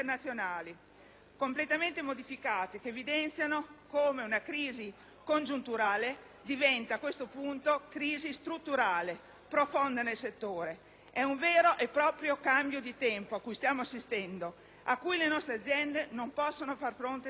completamente modificate, che evidenziamo come una crisi congiunturale diventa a questo punto crisi strutturale profonda nel settore. È un vero e proprio cambio epocale cui stiamo assistendo e a cui le nostre aziende non possono far fronte da sole.